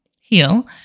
heal